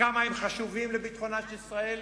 וכמה הם חשובים לביטחונה של ישראל.